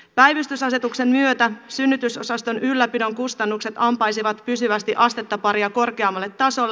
päivystysasetuksen myötä synnytysosaston ylläpidon kustannukset ampaisivat pysyvästi astetta paria korkeammalle tasolle